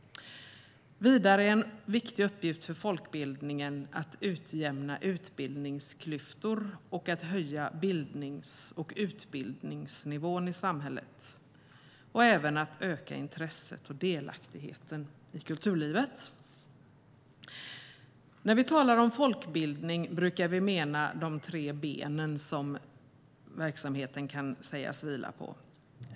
Vidare är en viktig uppgift för folkbildningen att utjämna utbildningsklyftor, höja bildnings och utbildningsnivån i samhället och även att öka intresset och delaktigheten i kulturlivet. När vi talar om folkbildning brukar vi mena de tre ben som verksamheten kan sägas vila på.